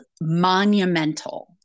monumental